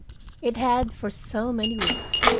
it had, for so many weeks,